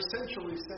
essentially